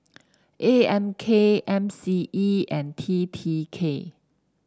A M K M C E and T T K